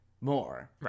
more